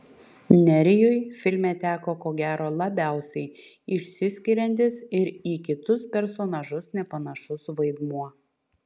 nerijui filme teko ko gero labiausiai išsiskiriantis ir į kitus personažus nepanašus vaidmuo